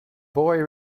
boy